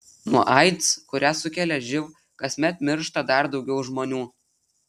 nuo aids kurią sukelia živ kasmet miršta dar daugiau žmonių